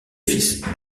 fils